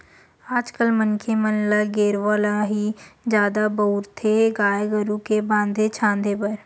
आज कल मनखे मन ल गेरवा ल ही जादा बउरथे गाय गरु के बांधे छांदे बर